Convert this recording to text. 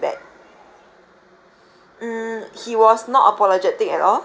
mm he was not apologetic at all